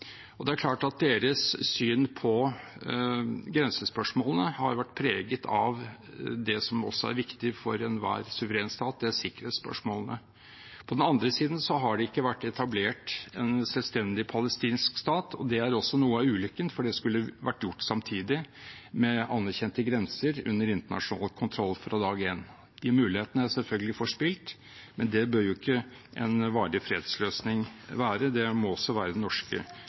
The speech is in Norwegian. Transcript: Det er klart at deres syn på grensespørsmålene har vært preget av det som også er viktig for enhver suveren stat, og det er sikkerhetsspørsmålene. På den andre siden har det ikke vært etablert en selvstendig palestinsk stat, og det er også noe av ulykken, for det skulle vært gjort samtidig – med anerkjente grenser under internasjonal kontroll – fra dag én. De mulighetene er selvfølgelig forspilt. Det behøver jo ikke en varig fredsløsning være. Det må også være den norske